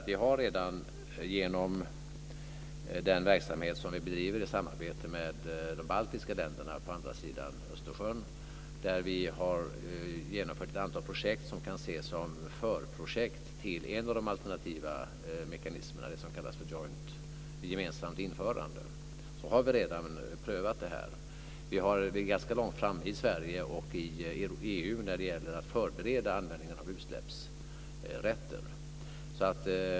Vi har redan genom den verksamhet vi bedriver i samarbete med de baltiska länderna på andra sidan Östersjön genomfört ett antal projekt. De kan ses som förprojekt till en av de alternativa mekanismerna, det som kallas för gemensamt införande. Det har vi redan prövat. Vi ligger ganska långt framme i Sverige och i EU när det gäller att förbereda användningen av utsläppsrätter.